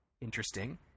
Interesting